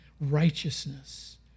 Righteousness